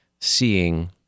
seeing